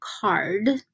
card